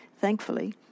thankfully